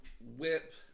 Whip